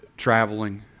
traveling